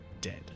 dead